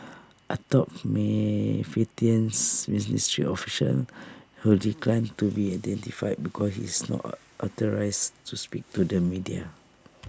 A top may ministry official who declined to be identified because he is not authorised to speak to the media